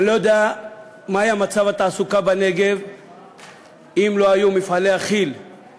אני לא יודע מה היה מצב התעסוקה בנגב אם לא היו מפעלי הכימיקלים,